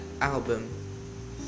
album